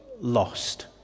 lost